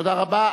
תודה רבה.